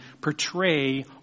portray